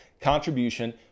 contribution